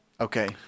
Okay